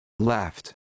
Left